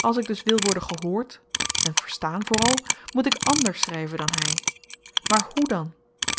als ik dus wil worden gehoord en verstaan vooral moet ik ànders schryven dan hy maar hoe dan